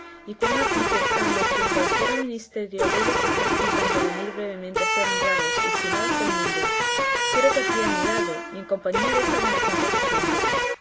y cuán a pique están los que en cualquiera ministerio della se ejercitan de venir brevemente a ser honrados y estimados del mundo quiero que aquí a mi lado y en compañía desta buena gente te sientes